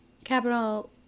Capital